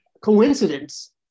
coincidence